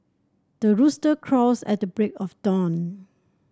the rooster crows at the break of dawn